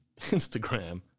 Instagram